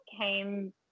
came